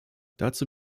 dazu